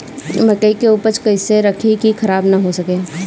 मकई के उपज कइसे रखी की खराब न हो सके?